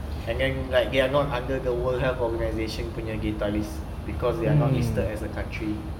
and then like they are not under the world health organisation punya data list because they are not listed as a country